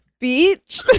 beach